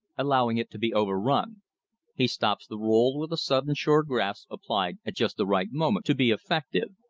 allowing it to be overrun he stops the roll with a sudden sure grasp applied at just the right moment to be effective.